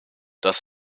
das